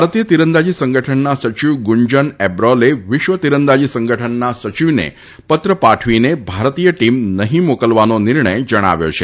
ભારતીય તિરંદાજી સંગઠનના સચિવ ગુંજન એબ્રોલે વિશ્વ તિરંદાજી સંગઠનના સચિવને પત્ર પાઠવીને ભારતીય ટીમ નહીં મોકલવાનો નિર્ણય જણાવ્યો છે